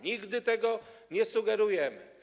Nigdy tego nie sugerujemy.